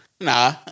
nah